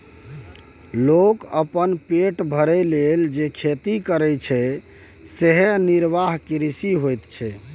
लोक अपन पेट भरय लेल जे खेती करय छै सेएह निर्वाह कृषि होइत छै